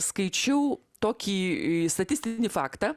skaičiau tokį statistinį faktą